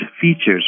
features